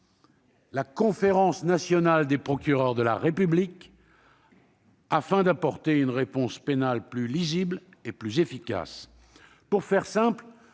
la conférence nationale des procureurs de la République, afin d'apporter une réponse pénale plus lisible et plus efficace. Pour faire simple,